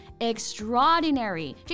Extraordinary